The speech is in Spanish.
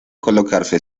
colocarse